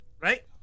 right